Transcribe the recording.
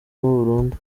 burundu